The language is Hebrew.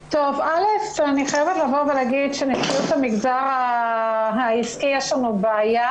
חייבת לבוא ולהגיד שלנשיאות המגזר העסקי יש בעיה.